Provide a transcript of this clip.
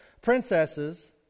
princesses